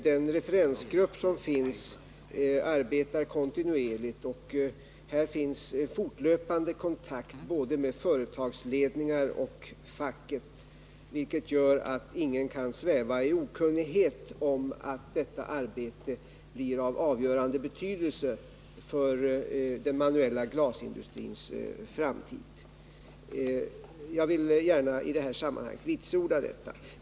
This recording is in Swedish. Den referensgrupp som finns arbetar kontinuerligt. Här förekommer en fortlöpande kontakt både med företagsledningar och med facket, vilket gör att ingen kan sväva i okunnighet om att detta arbete blir av avgörande betydelse för den manuella glasindustrins framtid. Jag vill gärna i detta sammanhang vitsorda detta.